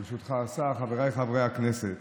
ברשותך, השר, חבריי חברי הכנסת,